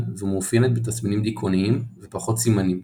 ומאופיינת בתסמינים דכאוניים ופחות סימנים,